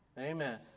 Amen